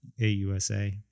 AUSA